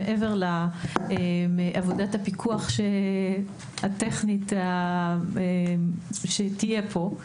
מעבר לעבודת הפיקוח הטכנית שתהיה פה,